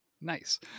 nice